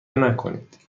نکنید